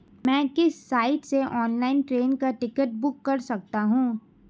मैं किस साइट से ऑनलाइन ट्रेन का टिकट बुक कर सकता हूँ?